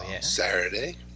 Saturday